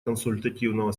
консультативного